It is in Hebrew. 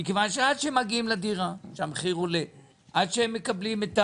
כי אחרי שהם לוקחים את